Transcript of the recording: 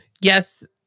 yes